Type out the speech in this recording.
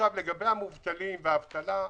לגבי המובטלים והאבטלה,